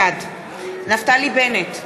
בעד נפתלי בנט,